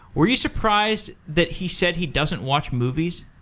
were you surprised that he said he doesn't watch movies?